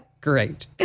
great